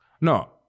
No